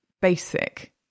basic